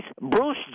Bruce